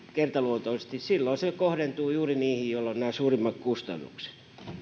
kertaluontoisesti silloin se kohdentuu juuri niihin joilla on nämä suurimmat kustannukset